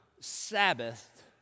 Sabbath